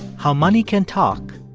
how money can talk,